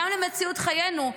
גם למציאות חיינו.